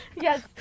Yes